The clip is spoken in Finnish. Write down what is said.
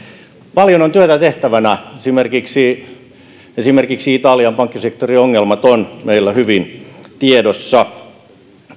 paljon on työtä tehtävänä esimerkiksi esimerkiksi italian pankkisektorin ongelmat ovat meillä hyvin tiedossa